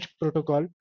protocol